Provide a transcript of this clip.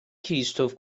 کریستف